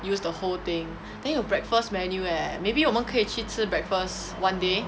use the whole thing then 有 breakfast menu eh maybe 我们可以去吃 breakfast one day